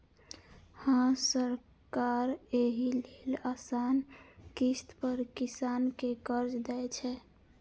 हां, सरकार एहि लेल आसान किस्त पर किसान कें कर्ज दै छै